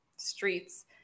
streets